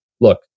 look